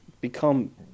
become